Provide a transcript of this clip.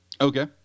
Okay